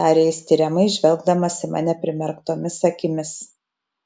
tarė jis tiriamai žvelgdamas į mane primerktomis akimis